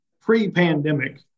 pre-pandemic